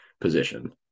position